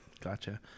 Gotcha